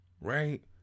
right